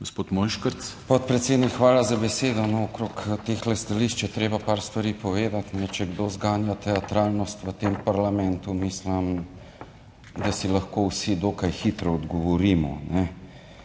gospod Mojškerc. **ZORAN MOJŠKERC (PS SDS):** Podpredsednik, hvala za besedo. Okrog teh stališč je treba par stvari povedati. Če kdo zganja teatralnost v tem parlamentu, mislim, da si lahko vsi dokaj hitro odgovorimo,